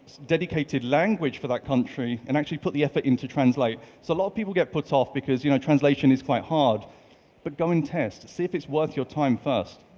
dedicated language for that country and actually put the effort in to translate? so a lot of people get put off because you know, translation is quite hard but go and test see if it's worth your time first.